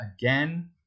again